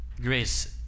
grace